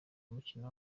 umukino